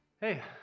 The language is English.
Hey